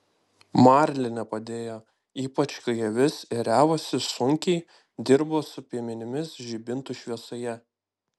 marlinė padėjo ypač kai avis ėriavosi sunkiai dirbo su piemenimis žibintų šviesoje